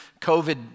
COVID